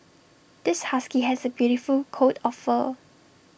this husky has A beautiful coat of fur